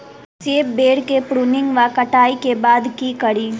सेब बेर केँ प्रूनिंग वा कटाई केँ बाद की करि?